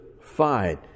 fight